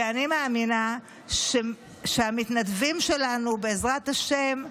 ואני מאמינה שהמתנדבים שלנו, בעזרת השם,